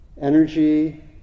energy